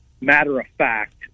matter-of-fact